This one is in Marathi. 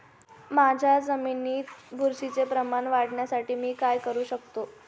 माझ्या जमिनीत बुरशीचे प्रमाण वाढवण्यासाठी मी काय करू शकतो?